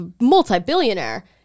multi-billionaire